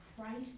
Christ